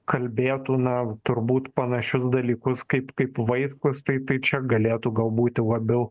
kalbėtų na turbūt panašius dalykus kaip kaip vaitkus tai tai čia galėtų gal būti labiau